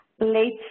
late